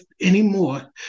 anymore